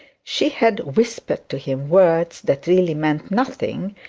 she had whispered to him words that really meant nothing,